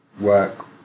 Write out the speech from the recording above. work